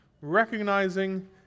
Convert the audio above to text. Recognizing